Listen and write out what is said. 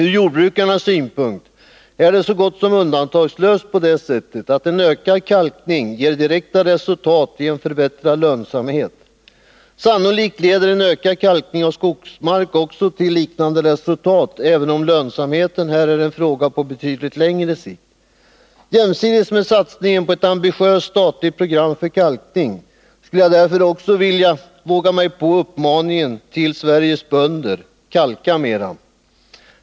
Ur jordbrukarnas synpunkt är det så gott som undantagslöst på det sättet att en ökad kalkning ger direkta resultat i form av en förbättrad lönsamhet. Sannolikt leder en ökad kalkning av skogsmark också till liknande resultat, även om lönsamheten där är en fråga på betydligt längre sikt. Jämsides med satsningen på ett ambitiöst statligt program för kalkning skulle jag därför också vilja våga mig på uppmaningen till Sveriges bönder: Kalka mera!